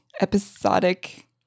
episodic